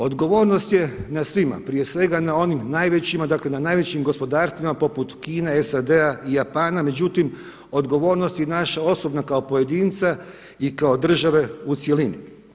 Odgovornost je na svima, prije svega na onim najvećima, dakle na najvećim gospodarstvima poput Kine, SAD-a i Japana. međutim, odgovornost naša osobna kao pojedinca i kao države u cjelini.